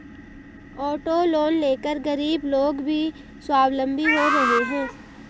auto loan लेकर गरीब लोग भी स्वावलम्बी हो रहे हैं